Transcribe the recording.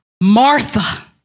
Martha